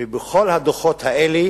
ובכל הדוחות האלה